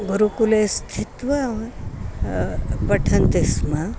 गुरुकुले स्थित्वा पठन्ति स्म